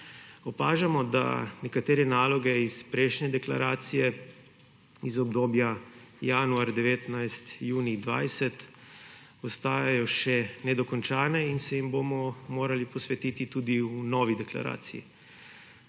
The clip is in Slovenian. Opažamo, da nekatere naloge iz prejšnje deklaracije iz obdobja januar 2019–junij 2020 ostajajo še nedokončane in se jim bomo morali posvetiti tudi v novi deklaraciji.